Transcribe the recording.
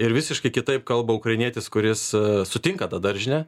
ir visiškai kitaip kalba ukrainietis kuris sutinka tą daržinę